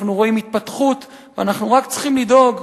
אנחנו רואים התפתחות, ואנחנו רק צריכים לדאוג,